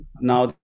now